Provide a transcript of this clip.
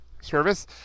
service